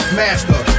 master